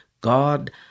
God